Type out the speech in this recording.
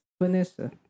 Vanessa